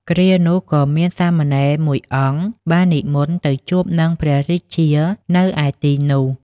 គ្រានោះ ក៏មានសាមណេរមួយអង្គ បាននិមន្តទៅជួបនឹងព្រះរាជានៅឯទីនោះ ។